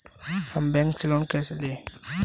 हम बैंक से लोन कैसे लें?